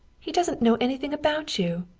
he doesn't know anything about you.